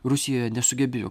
rusijoje nesugebėjo